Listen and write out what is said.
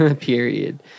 Period